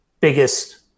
biggest